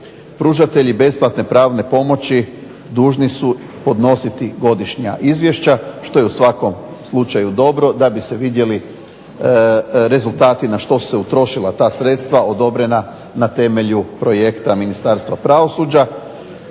pružatelji besplatne pravne pomoći dužni su podnositi godišnja izvješća, što je u svakom slučaju dobro da bi se vidjeli rezultati na što su se utrošila ta sredstva odobrena na temelju projekta Ministarstva pravosuđa